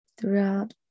Throughout